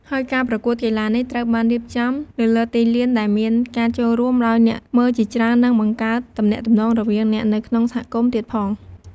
ហើយការប្រកួតកីឡានេះត្រូវបានរៀបចំនៅលើទីលាន ដែលមានការចូលរួមដោយអ្នកមើលជាច្រើន និងបង្កើនទំនាក់ទំនងរវាងអ្នកនៅក្នុងហគមន៍ទៀតផង។